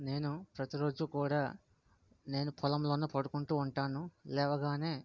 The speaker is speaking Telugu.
నేను ప్రతీ రోజు కూడా నేను పొలంలోనే పడుకుంటూ ఉంటాను లేవగానే